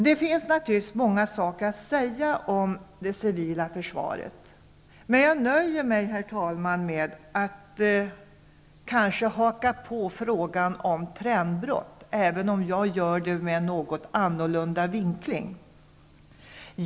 Det finns naturligtvis många saker att säga om det civila försvaret. Men jag nöjer mig, herr talman, med att haka på frågan om trendbrott, även om jag gör det med en något annorlunda vinkling.